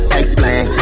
explain